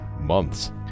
months